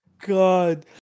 god